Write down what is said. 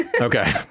Okay